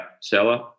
seller